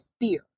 fear